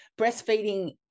breastfeeding